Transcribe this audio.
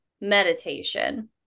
meditation